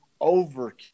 over